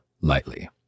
lightly